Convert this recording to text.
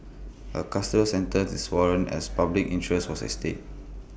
A custodial center is warranted as public interest was at stake